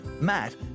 Matt